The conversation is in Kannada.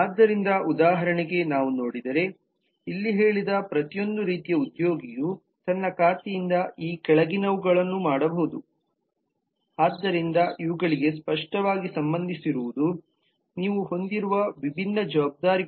ಆದ್ದರಿಂದ ಉದಾಹರಣೆಗೆ ನಾವು ನೋಡಿದರೆ ಇಲ್ಲಿ ಹೇಳಿದ ಪ್ರತಿಯೊಂದು ರೀತಿಯ ಉದ್ಯೋಗಿಯು ತನ್ನ ಖಾತೆಯಿಂದ ಈ ಕೆಳಗಿನವುಗಳನ್ನು ಮಾಡಬಹುದು ಆದ್ದರಿಂದ ಇವುಗಳಿಗೆ ಸ್ಪಷ್ಟವಾಗಿ ಸಂಬಂಧಿಸಿರುವುದು ನೀವು ಹೊಂದಿರುವ ವಿಭಿನ್ನ ಜವಾಬ್ದಾರಿಗಳು